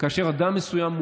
כאשר אדם מסוים,